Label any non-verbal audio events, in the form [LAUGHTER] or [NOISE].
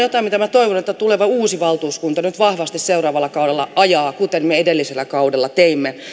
[UNINTELLIGIBLE] jotain mitä minä toivon että tuleva uusi valtuuskunta nyt vahvasti seuraavalla kaudella ajaa kuten me edellisellä kaudella teimme